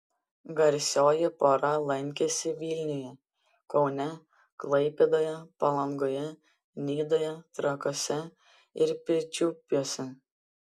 garsioji pora lankėsi vilniuje kaune klaipėdoje palangoje nidoje trakuose ir pirčiupiuose